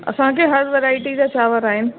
असांखे हर वैरायटी जा चांवर आहिनि